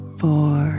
four